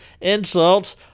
insults